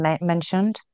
mentioned